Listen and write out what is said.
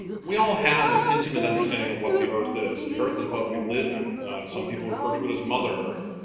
we all have an intimate understanding of what the earth is. the earth is what we live on some people refer to it as mother earth.